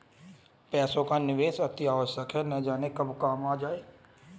पैसे का निवेश अतिआवश्यक है, न जाने कब काम आ जाए